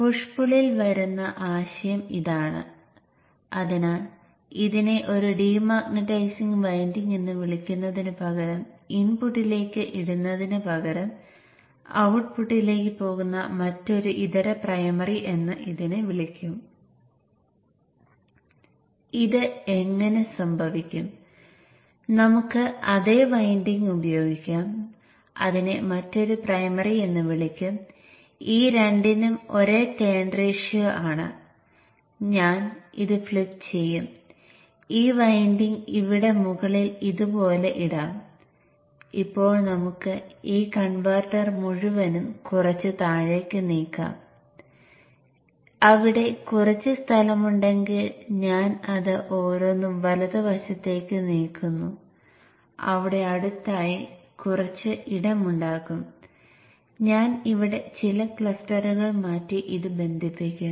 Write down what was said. rectifier filter സർക്യൂട്ടിന് ഔട്ട്പുട്ടിൽ ഒരു C ഫിൽട്ടർ ഉണ്ട് ചിലപ്പോൾ C ഫിൽട്ടറുകൾ ഈ പകുതിയും പകുതിയും പോലെ തുല്യമായി വിഭജിക്കപ്പെടുന്നു കൂടാതെ വോൾട്ടേജ് സ്ഥിരപ്പെടുത്തുന്നതിന് കുറച്ച് മീറ്റർ രജിസ്റ്ററുകൾ ഉപയോഗിച്ച് നിങ്ങൾക്ക് C1 ൽ ഉടനീളം V ഉം C2 ൽ മറ്റൊരു V ഉം ഉണ്ടായിരിക്കാം